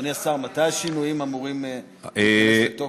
אדוני השר, מתי השינויים אמורים להיכנס לתוקף?